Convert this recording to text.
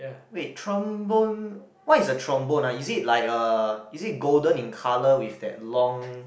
wait trombone what is a trombone uh is it like a is it golden in colour with that long